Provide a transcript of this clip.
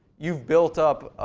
you've built up,